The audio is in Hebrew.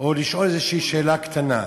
או לשאול איזושהי שאלה קטנה.